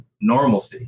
normalcy